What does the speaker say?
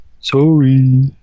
Sorry